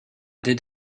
did